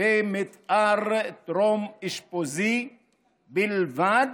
במתאר טרום-אשפוזי בלבד